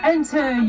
Enter